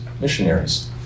missionaries